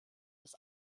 das